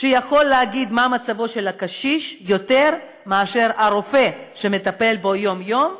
שיכול להגיד מה מצבו של קשיש יותר מהרופא שמטפל בו יום-יום.